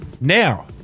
Now